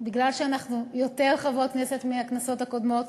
ומכיוון שאנחנו יותר חברות כנסת מבכנסות הקודמות,